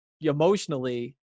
emotionally